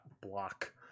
block